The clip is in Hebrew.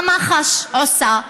מה מח"ש עושה?